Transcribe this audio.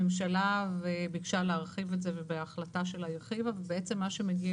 הממשלה ביקשה להרחיב את זה ובהחלטה שלה היא הרחיבה ובעצם מה שמגיע